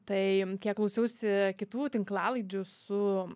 tai kiek klausiausi kitų tinklalaidžių su